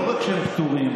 לא רק שהם פטורים,